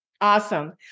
Awesome